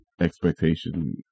expectation